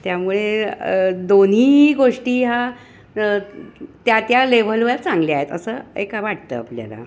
त्यामुळे दोन्हीही गोष्टी ह्या त्या त्या लेव्हलवर चांगल्या आहेत असं एक वाटतं आपल्याला